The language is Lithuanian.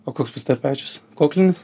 o koks pas tave pečius koklinis